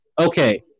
okay